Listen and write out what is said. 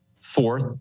Fourth